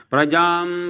Prajam